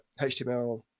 HTML